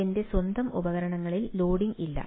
എന്റെ സ്വന്തം ഉപകരണങ്ങളിൽ ലോഡിംഗ് ഇല്ല